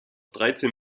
dreizehn